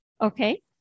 Okay